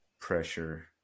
Pressure